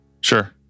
Sure